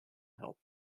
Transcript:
help